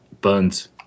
buns